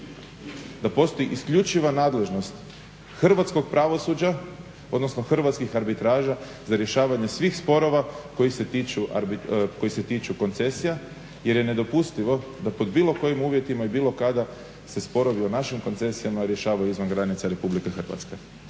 da postoji isključiva nadležnost hrvatskog pravosuđa, odnosno hrvatskih arbitraža za rješavanje svih sporova koji se tiču koncesija. Jer je nedopustivo da pod bilo kojim uvjetima i bilo kada se sporovi o našim koncesijama rješavaju izvan granica Republike Hrvatske.